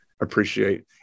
appreciate